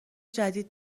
جدید